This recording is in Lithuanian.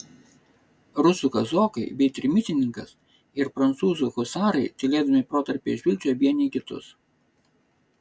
rusų kazokai bei trimitininkas ir prancūzų husarai tylėdami protarpiais žvilgčiojo vieni į kitus